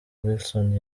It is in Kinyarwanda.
wilson